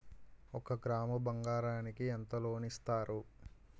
ఒక గ్రాము బంగారం కి ఎంత లోన్ ఇస్తారు?